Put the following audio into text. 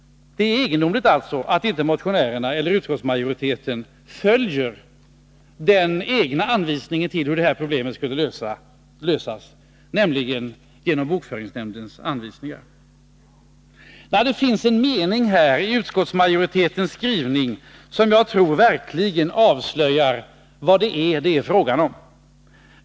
Det är egendomligt att motionärerna och utskottsmajoriteten inte följer sina egna råd hur problemet skall lösas, nämligen genom bokföringsnämndens anvisningar. Det finns en mening i utskottsmajoritetens skrivning som verkligen avslöjar vad det är fråga om.